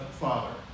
father